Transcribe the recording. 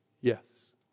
yes